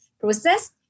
process